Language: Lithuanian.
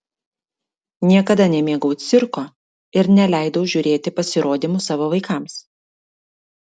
niekada nemėgau cirko ir neleidau žiūrėti pasirodymų savo vaikams